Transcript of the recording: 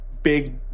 big